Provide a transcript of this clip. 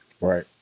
Right